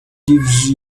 gives